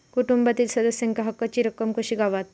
कुटुंबातील सदस्यांका हक्काची रक्कम कशी गावात?